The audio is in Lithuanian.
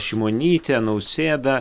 šimonytę nausėdą